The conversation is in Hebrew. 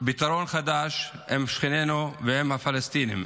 לפתרון חדש עם שכנינו, ובהם הפלסטינים.